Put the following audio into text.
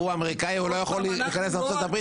הוא אמריקני והוא לא יכול להיכנס לארצות הברית,